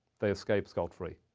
they escape scot-free.